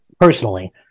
personally